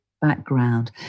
background